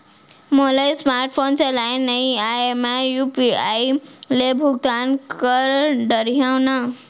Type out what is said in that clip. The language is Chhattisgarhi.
मोला स्मार्ट फोन चलाए नई आए मैं यू.पी.आई ले भुगतान कर डरिहंव न?